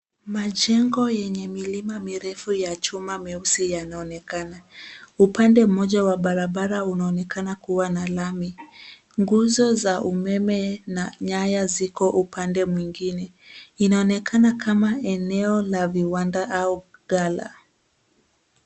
Majengo yenye milima mirefu ya chuma meusi yanaonekana. Upande mmoja wa barabara unaonekana kuwa na lami. Nguzo za umeme na nyaya ziko upande mwingine. Inaonekana kama eneo la viwanda au gala .